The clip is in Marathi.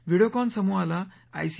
व्हिडियोकॉन समूहाला आयसी